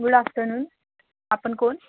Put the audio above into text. good afternoon आपण कोण